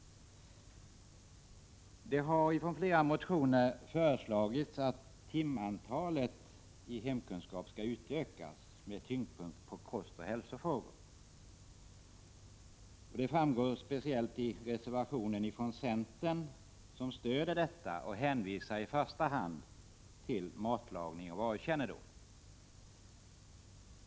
Det har av flera motionärer föreslagits att timantalet i hemkunskap skall utökas, varvid man skall lägga tyngdpunkten vid kostoch hälsofrågor. Detta kommer särskilt fram i den reservation från centerpartiet där detta förslag stöds och där man i första hand är inriktad på matlagning och varukännedom.